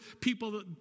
people